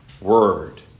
word